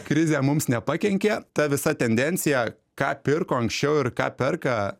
krizė mums nepakenkė ta visa tendencija ką pirko anksčiau ir ką perka